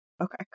Okay